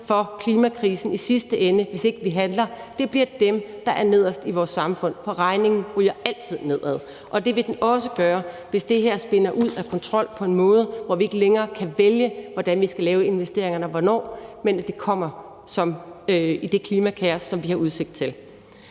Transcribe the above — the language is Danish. for klimakrisen i sidste ende, hvis ikke vi handler, bliver dem, der er nederst i vores samfund, for regningen ryger altid nedad. Og det vil den også gøre, hvis det her spinner ud af kontrol på en måde, hvor vi ikke længere kan vælge, hvordan vi skal lave investeringerne og hvornår, men hvor det kommer i det klimakaos, som vi har udsigt til.